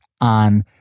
on